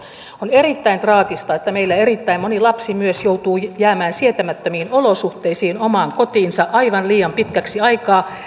on erittäin traagista että meillä erittäin moni lapsi myös joutuu jäämään sietämättömiin olosuhteisiin omaan kotiinsa aivan liian pitkäksi aikaa